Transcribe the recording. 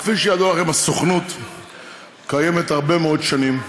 כפי שידוע לכם, הסוכנות קיימת הרבה מאוד שנים.